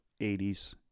80s